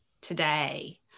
today